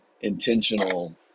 intentional